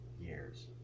years